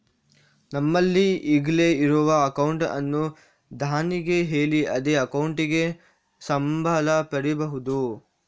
ನಮ್ಮಲ್ಲಿ ಈಗ್ಲೇ ಇರುವ ಅಕೌಂಟ್ ಅನ್ನು ಧಣಿಗೆ ಹೇಳಿ ಅದೇ ಅಕೌಂಟಿಗೆ ಸಂಬಳ ಪಡೀಬಹುದು